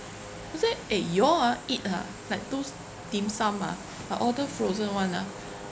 I say eh you all ah eat ha like those dim sum ah I order frozen [one] ah